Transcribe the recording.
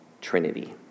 trinity